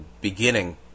beginning